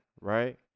right